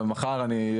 ומחר אני,